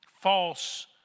false